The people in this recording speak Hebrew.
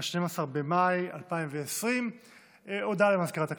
12 במאי 2020. הודעה למזכירת הכנסת.